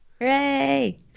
Hooray